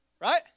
right